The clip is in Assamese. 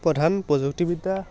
প্ৰধান প্ৰযুক্তিবিদ্যা